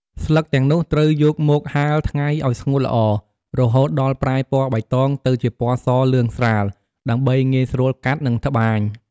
ស្លឹកទាំងនោះត្រូវយកមក ហាលថ្ងៃឲ្យស្ងួតល្អ រហូតដល់ប្រែពណ៌បៃតងទៅជាពណ៌សលឿងស្រាល ដើម្បីងាយស្រួលកាត់ និងត្បាញ។